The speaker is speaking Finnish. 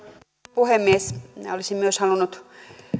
puhemies minä olisin myös halunnut